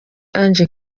ange